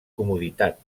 comoditat